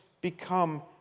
become